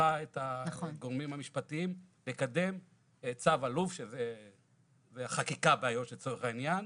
הנחה את הגורמים המשפטיים לקדם את צו אלוף לחקיקה באיו"ש לצורך העניין,